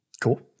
Cool